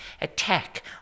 attack